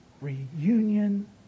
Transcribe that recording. reunion